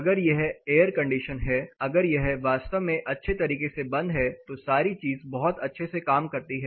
अगर यह air condition है अगर यह वास्तव में अच्छे तरीके से बंद है तो यह सारी चीज बहुत अच्छे से काम करती है